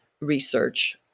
research